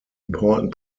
important